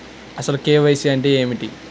అసలు కే.వై.సి అంటే ఏమిటి?